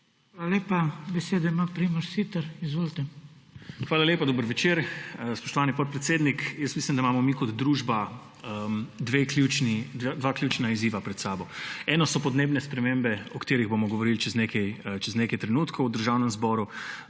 Hvala lepa. Besedo ima Primož Siter. Izvolite. **PRIMOŽ SITER (PS Levica):** Hvala lepa. Dober večer! Spoštovani podpredsednik! Jaz mislim, da imamo mi kot družba dva ključna izziva pred sabo. Eno so podnebne spremembe, o katerih bomo govoril čez nekaj trenutkov v Državnem zboru,